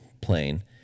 plane